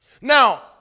Now